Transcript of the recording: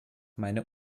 meine